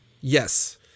Yes